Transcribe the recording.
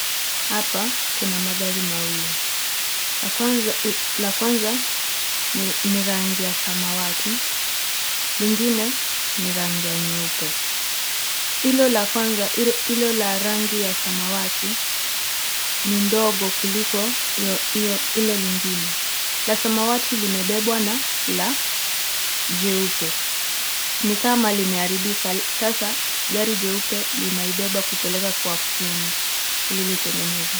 Hapa Kuna magari mawili, la kwanza ni rangi ya samawati, lengine ni rangi ya nyeupe, Hilo la kwanza..Hilo la rangi ya samawati, ni ndogo kuliko Hilo lengine, la samawati limebebwa Na jeupe, nikama limeharibika Sasa Gari jeupe linalibeba kupeleka Kwa fundi ili litengenezwe.